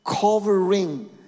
covering